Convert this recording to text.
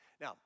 Now